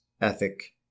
ethic